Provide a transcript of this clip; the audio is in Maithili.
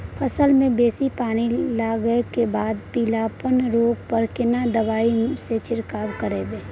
फसल मे बेसी पानी लागलाक बाद पीलापन रोग पर केना दबाई से छिरकाव करब?